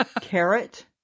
carrot